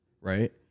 right